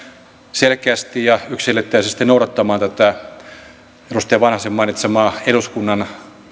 selkeästi ja yksiselitteisesti noudattamaan tätä edustaja vanhasen mainitsemaa eduskunnan